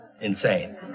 insane